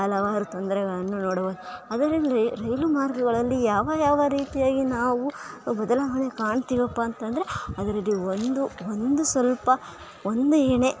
ಹಲವಾರು ತೊಂದರೆಗಳನ್ನು ನೋಡಬೋದು ಅದರಲ್ಲಿ ರೈಲು ಮಾರ್ಗಗಳಲ್ಲಿ ಯಾವ ಯಾವ ರೀತಿಯಾಗಿ ನಾವು ಬದಲಾವಣೆ ಕಾಣ್ತಿವಪ್ಪ ಅಂತಂದರೆ ಅದರಲ್ಲಿ ಒಂದು ಒಂದು ಸ್ವಲ್ಪ ಒಂದು ಎಳೆ